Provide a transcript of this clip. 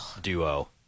duo